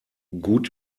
gut